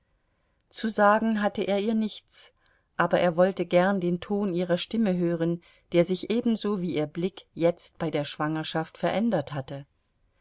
zu sagen hatte er ihr nichts aber er wollte gern den ton ihrer stimme hören der sich ebenso wie ihr blick jetzt bei der schwangerschaft verändert hatte